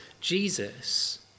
Jesus